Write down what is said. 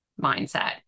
mindset